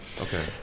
okay